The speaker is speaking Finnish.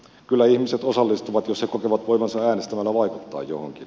kyllä ihmiset osallistuvat jos he kokevat voivansa äänestämällä vaikuttaa johonkin